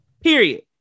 Period